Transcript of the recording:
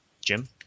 Jim